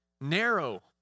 narrow